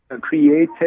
created